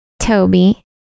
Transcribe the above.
Toby